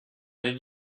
did